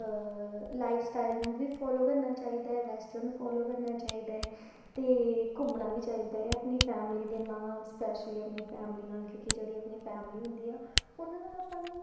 life style ਨੂੰ ਵੀ follow ਕਰਨਾ ਚਾਹੀਦਾ ਹੈ ਵੈਸਟਰਨ ਫੋਲੋ ਕਰਨਾ ਚਾਹੀਦਾ ਹੈ ਅਤੇ ਘੁੰਮਣਾ ਵੀ ਚਾਹੀਦਾ ਹੈ ਆਪਣੀ ਫੈਮਲੀ ਦੇ ਨਾਲ ਸਪੈਸ਼ਲੀ ਆਪਣੀ ਫੈਮਿਲੀ ਨਾਲ ਕਿਉਂਕਿ ਜਿਹੜੀ ਆਪਣੀ ਫੈਮਲੀ ਹੁੰਦੀ ਆ ਉਹਨਾਂ ਨਾਲ ਆਪਾਂ ਨੂੰ